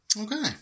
Okay